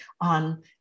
on